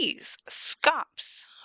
scops